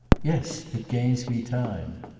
yes it gains me time.